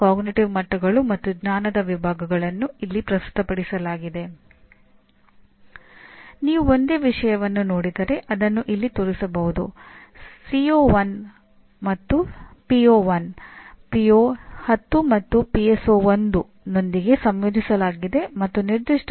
ಯಾಕೆಂದರೆ ಇದನ್ನು 2015ರಲ್ಲಿ ಮಾತ್ರ ಪರಿಚಯಿಸಲಾಯಿತು ಮತ್ತು ಶಿಕ್ಷಣ ಸಂಸ್ಥೆಗಳು ಸಾಮಾನ್ಯವಾಗಿ ಸಮಾಜದ ವೇಗವಾಗಿ ಬದಲಾಗುತ್ತಿರುವ ಅವಶ್ಯಕತೆಗಳೊಂದಿಗೆ ಅಥವಾ ಉದ್ಯಮ ಅಥವಾ ಮಾನ್ಯತಾ ಸಂಸ್ಥೆಗಳೊಂದಿಗೆ ಚಲಿಸುವ ವಿಷಯದಲ್ಲಿ ನಿರ್ಲಕ್ಷ್ಯ ವಹಿಸುತ್ತದೆ